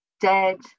dead